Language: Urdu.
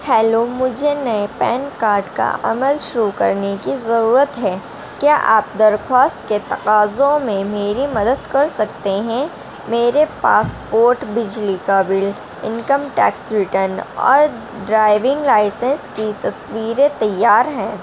ہیلو مجھے نئے پین کارڈ کا عمل شروع کرنے کی ضرورت ہے کیا آپ درخواست کے تقاضوں میں میری مدد کر سکتے ہیں میرے پاسپورٹ بجلی کا بل انکم ٹیکس ریٹرن اور ڈرائیونگ لائسنس کی تصویریں تیار ہیں